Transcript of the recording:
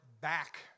back